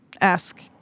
Ask